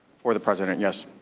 for the president, yes.